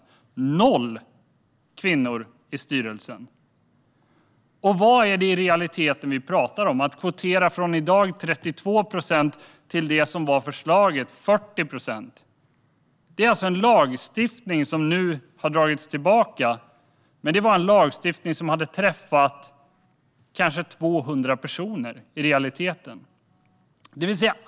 Där är det noll kvinnor i styrelsen. Det som vi i realiteten pratar om är att kvotera från dagens 32 procent till 40 procent. Det var det som var förslaget. Lagstiftningen har nu dragits tillbaka, men det var en lagstiftning som i realiteten hade träffat kanske 200 personer.